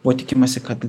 buvo tikimasi kad